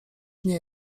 nie